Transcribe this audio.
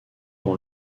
dans